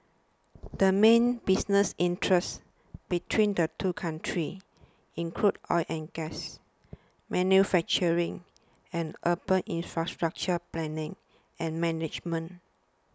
the main business interests between the two countries include oil and gas manufacturing and urban infrastructure planning and management